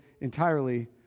entirely